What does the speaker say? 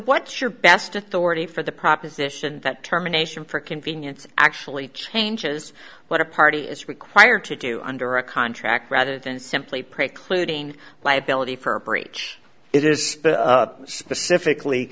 what's your best authority for the proposition that terminations for convenience actually changes what a party is required to do under a contract rather than simply precluding liability for a breach it is specifically